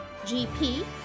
GP